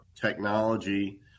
technology